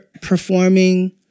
performing